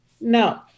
no